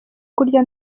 kurya